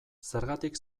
zergatik